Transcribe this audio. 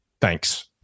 Thanks